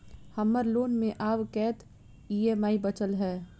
हम्मर लोन मे आब कैत ई.एम.आई बचल ह?